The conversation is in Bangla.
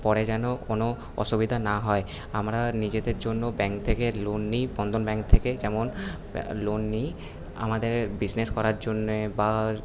পরে যেন কোনো অসুবিধা না হয় আমরা নিজেদের জন্য ব্যাঙ্ক থেকে লোন নিই বন্ধন ব্যাঙ্ক থেকে যেমন লোন নিই আমাদের বিজনেস করার জন্যে বা